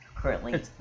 currently